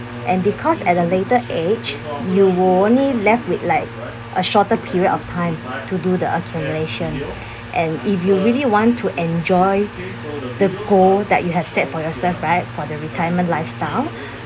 and because at a later age you would only left with like a shorter period of time to do the accumulation and if you really want to enjoy the goal that you have set for yourself right for the retirement lifestyles